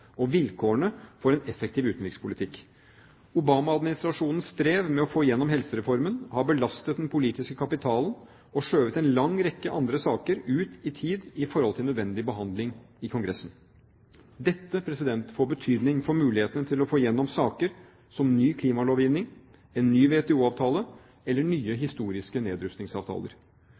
og vilkårene for en effektiv utenrikspolitikk. Obama-administrasjonens strev med å få igjennom helsereformen har belastet den politiske kapitalen og skjøvet en lang rekke andre saker ut i tid i forhold til nødvendig behandling i Kongressen. Dette får betydning for mulighetene til å få igjennom saker som ny klimalovgivning, en ny WTO-avtale eller nye historiske nedrustningsavtaler.